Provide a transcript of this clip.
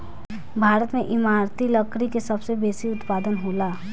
भारत में इमारती लकड़ी के सबसे बेसी उत्पादन होला